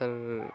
ତ